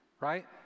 right